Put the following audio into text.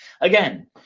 again